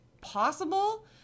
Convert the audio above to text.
possible